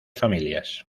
familias